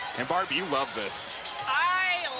and barb, you love this i